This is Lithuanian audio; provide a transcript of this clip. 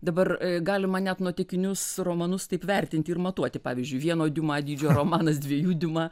dabar galima net nuotykinius romanus taip vertinti ir matuoti pavyzdžiui vieno diuma dydžio romanas dviejų diuma